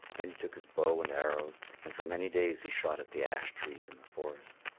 then he took his bow and arrows, and for many days he shot at the ash trees in the forest.